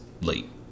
late